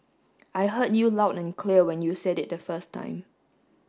I heard you loud and clear when you said it the first time